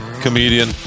Comedian